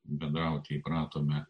bendrauti įpratome